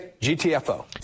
GTFO